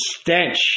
stench